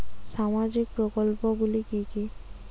সামাজিক প্রকল্পগুলি কি কি?